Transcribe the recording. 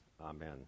amen